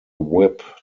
whip